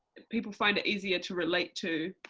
people find it easier to relate to,